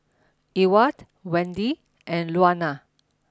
Ewart Wende and Luana